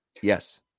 Yes